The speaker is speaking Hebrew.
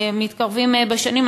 מתקרבים בשנים,